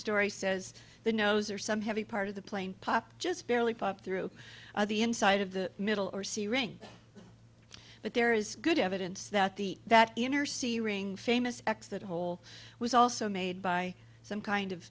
story says the nose or some heavy part of the plane popped just barely popped through the inside of the middle or searing but there is good evidence that the that inner city ring famous exit hole was also made by some kind of